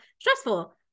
stressful